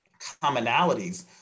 commonalities